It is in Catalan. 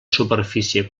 superfície